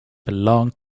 belonged